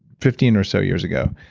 fifteen or so years ago,